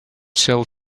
sell